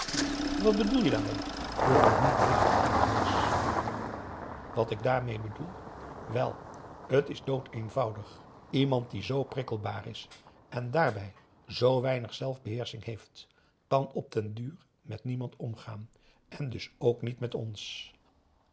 wat bedoel je daarmee vroeg louis bleek van ergernis wat ik daarmee bedoel wel t is doodeenvoudig iemand die z prikkelbaar is en daarbij z weinig p a daum hoe hij raad van indië werd onder ps maurits zelfbeheersching heeft kan op den duur met niemand omgaan en dus ook niet met ons